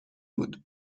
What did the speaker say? بود